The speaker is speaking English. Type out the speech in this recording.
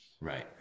Right